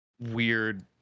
weird